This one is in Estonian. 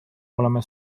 oleme